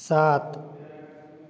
सात